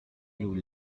nous